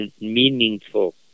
meaningful